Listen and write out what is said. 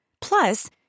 Plus